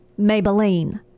Maybelline